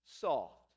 soft